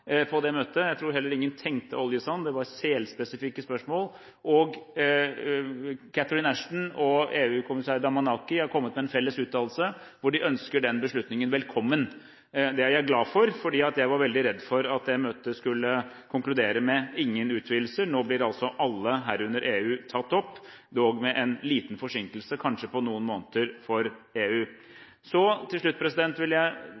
på det møtet. Jeg tror heller ingen tenkte oljesand. Det var spesifikke spørsmål om sel, og Catherine Ashton og EU-kommissær Damanaki har kommet med en felles uttalelse hvor de ønsker den beslutningen velkommen. Det er jeg glad for, for jeg var veldig redd for at det møtet skulle konkludere med ingen utvidelse. Nå blir alle, herunder EU, tatt opp – dog med en liten forsinkelse på kanskje noen måneder for